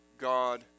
God